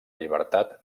llibertat